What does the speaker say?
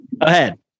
Ahead